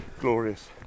glorious